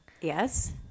Yes